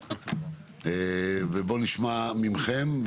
בואו ונשמע מכם,